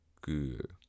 good